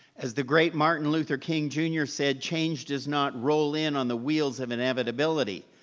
as the great martin luther king, jr. said, change does not roll in on the wheels of inevitability,